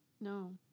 No